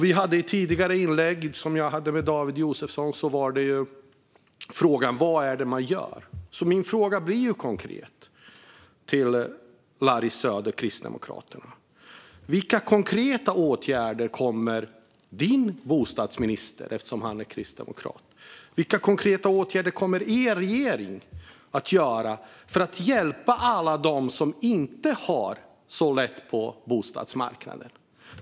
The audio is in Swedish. I det replikskifte som jag tidigare hade med David Josefsson var frågan: Vad är det man gör? Min fråga till Larry Söder från Kristdemokraterna är: Vilka konkreta åtgärder kommer bostadsministern, som ju är kristdemokrat, och regeringen att vidta för att hjälpa alla dem som inte har det så lätt på bostadsmarknaden?